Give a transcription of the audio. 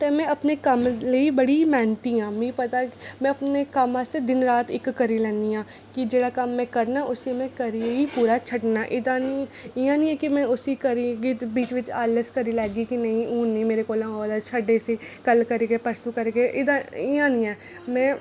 ते में अपने कम्म लेई बड़ी मेहनती आं मिगी पता में अपने कम्म आस्तै दिन रात इक्क करी लैन्नी आं के जेह्ड़ा कम्म में करना उसी करियै ही पूरा छड्डना एह्दा इयां नी ऐ कि में उसी करगी ते बिच्च बिच्च आलस करी लैगी कि नेई हून नी मेरे कोला होआ दा छड्ड इसी कल्ल करगे परसों करगे इदा इयां नी ऐ में